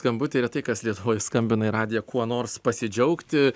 skambutį retai kas lietuvoj skambina į radiją kuo nors pasidžiaugti